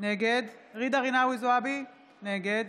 נגד ג'ידא רינאוי זועבי, נגד